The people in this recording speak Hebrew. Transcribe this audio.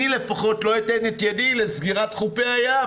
אני לפחות לא אתן את ידי לסגירת חופי הים,